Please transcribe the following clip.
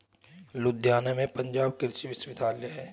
लुधियाना में भी पंजाब कृषि विश्वविद्यालय है